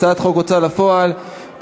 הצעת חוק ההוצאה לפועל (תיקון,